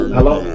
Hello